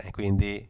Quindi